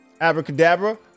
Abracadabra